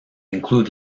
include